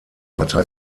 partei